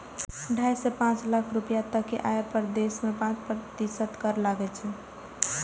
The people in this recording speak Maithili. ढाइ सं पांच लाख रुपैया तक के आय पर देश मे पांच प्रतिशत कर लागै छै